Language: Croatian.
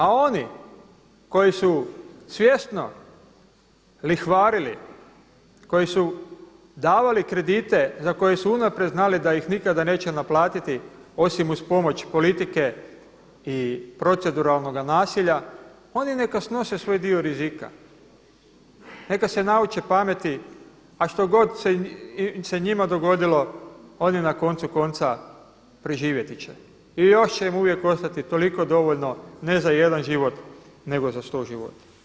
A oni koji su svjesno lihvarili, koji su davali kredite za koje su unaprijed znali da ih nikada neće naplatiti osim uz pomoć politike i proceduralnoga nasilja oni neka snose svoj dio rizika, neka se nauče pameti, a što god se njima dogodilo oni na koncu konca preživjeti će i još će im uvijek ostati toliko dovoljno ne za jedan život, nego za sto života.